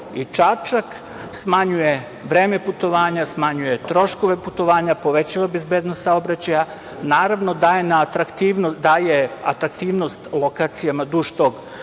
Čačak, smanjuje vreme putovanja, smanjuje troškove putovanja, povećava bezbednost saobraćaja, naravno, daje atraktivnost lokacijama duž tog koridora